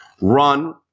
run